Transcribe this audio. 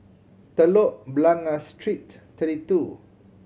Telok Blangah Street Thirty Two